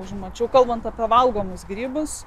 užmačiau kalbant apie valgomus grybus